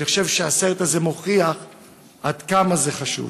אני חושב שהסרט הזה מוכיח עד כמה זה חשוב.